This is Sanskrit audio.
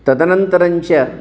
तदनन्तरञ्च